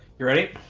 you ready?